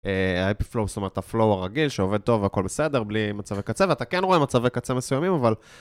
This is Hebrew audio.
האפי פלואו, זאת אומרת הפלואו הרגיל שעובד טוב והכל בסדר בלי מצבי קצה ואתה כן רואה מצבי קצה מסוימים אבל...